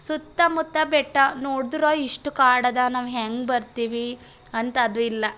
ಸುತ್ತಮುತ್ತ ಬೆಟ್ಟ ನೋಡಿದ್ರ ಎಷ್ಟು ಕಾಡಿದೆ ನಾವು ಹೆಂಗೆ ಬರ್ತೀವಿ ಅಂತ ಅದು ಇಲ್ಲ